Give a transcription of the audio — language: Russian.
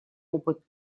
опыт